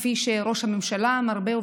כפי שראש הממשלה מרבה,